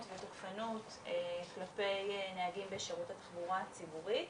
ותוקפנות כלפי נהגים בשירות התחבורה הציבורית.